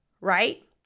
right